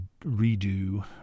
redo